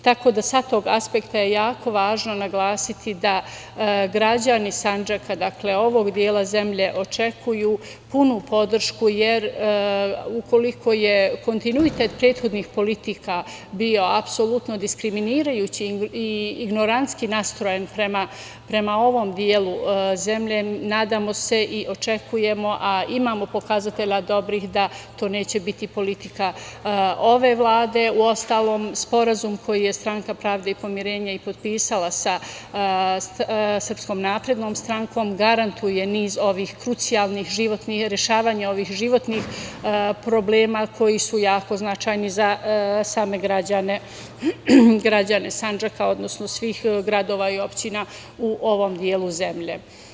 Tako da sa tog aspekta je jako važno naglasiti da građani Sandžaka, ovog dela zemlje očekuju punu podršku, jer ukoliko je kontinuitet prethodnih politika bio apsolutno diskriminirajući i ignorantski nastrojen prema ovom delu zemlje, nadamo se i očekujemo, a imamo pokazatelja dobrih da to neće biti politika ove Vlade, uostalom sporazum koji je Stranka pravde i pomirenja i potpisala sa SNS, garantuje niz ovih krucijalnih, rešavanje ovih životnih problema koji su jako značajni za same građane Sandžaka, odnosno svih gradova i opština u ovom delu zemlje.